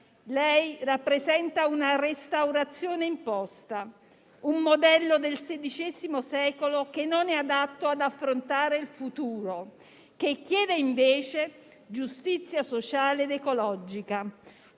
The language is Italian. Lei rappresenta una restaurazione imposta, un modello del XVI secolo che non è adatto ad affrontare il futuro, che chiede invece giustizia sociale ed ecologica,